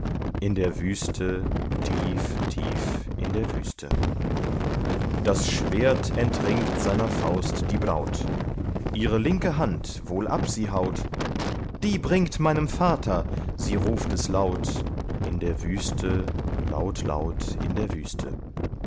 in der wüste tief tief in der wüste das schwert entringt seiner faust die braut ihre linke hand wohl ab sie haut die bringt meinem vater sie ruft es laut in der wüste laut laut in der wüste